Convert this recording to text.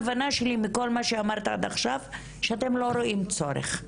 ההבנה שלי מכל מה שאמרת עד עכשיו זה שאתם לא רואים צרוך.